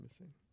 missing